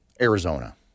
Arizona